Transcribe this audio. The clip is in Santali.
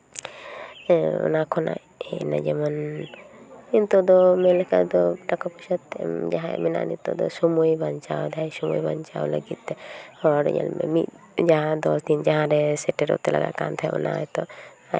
ᱚᱱᱟ ᱠᱷᱚᱱᱟᱜ ᱦᱮᱡᱱᱟ ᱡᱮᱢᱚᱱ ᱱᱤᱛᱚᱜ ᱫᱚ ᱢᱮᱱ ᱞᱮᱠᱷᱟᱡ ᱫᱚ ᱴᱟᱠᱟ ᱯᱚᱭᱥᱟ ᱛᱮᱢ ᱡᱟᱦᱟᱸᱭᱟᱜ ᱢᱮᱱᱟᱜᱼᱟ ᱱᱤᱛᱚᱜ ᱫᱚ ᱥᱚᱢᱚᱭ ᱵᱟᱧᱪᱟᱣ ᱫᱟᱭ ᱥᱚᱢᱚᱭ ᱵᱟᱧᱪᱟᱣ ᱞᱟᱹᱜᱤᱫ ᱛᱮ ᱦᱚᱲ ᱧᱮᱞ ᱢᱮ ᱢᱤᱫ ᱡᱟᱦᱟᱸ ᱫᱚ ᱛᱤᱱ ᱡᱟᱦᱟᱸ ᱨᱮ ᱥᱮᱴᱮᱨᱚᱜ ᱛᱮ ᱞᱟᱜᱟᱜ ᱠᱟᱱ ᱛᱟᱦᱮᱸᱜ ᱚᱱᱟ ᱱᱤᱛᱚᱜ